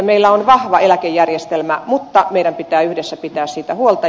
meillä on vahva eläkejärjestelmä mutta meidän pitää yhdessä pitää siitä huolta